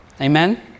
Amen